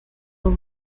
will